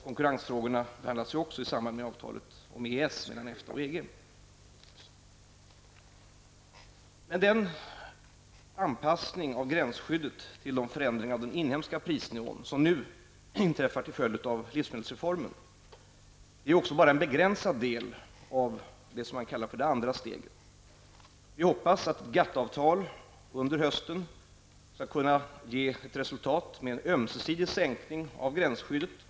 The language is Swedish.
Konkurrensfrågorna behandlas ju också i samband med EES-avtalet mellan EFTA och EG. Den anpassning av gränsskyddet till de förändringar av den inhemska prisnivån som nu inträffar till följd av livsmedelsreformen är bara en begränsad del av det som man kallar det andra steget. Vi hoppas att GATT-avtal under hösten skall kunna ge resultat i form av en ömesidig sänkning av gränsskyddet.